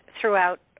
throughout